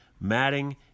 matting